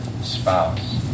spouse